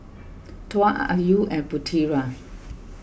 Tuah Ayu and Putera